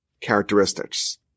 characteristics